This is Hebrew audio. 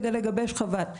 כדי לגבש חוות דעת מסודרת.